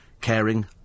caring